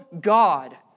God